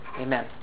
Amen